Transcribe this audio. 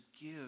give